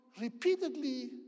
repeatedly